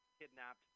kidnapped